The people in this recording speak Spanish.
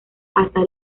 hasta